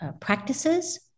practices